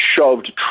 shoved